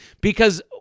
Because-